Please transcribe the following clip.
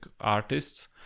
artists